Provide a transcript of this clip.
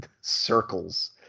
circles